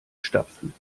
stapfen